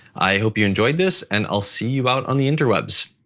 i hope you enjoyed this and i'll see you out on the interwebs.